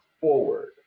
forward